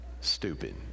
Stupid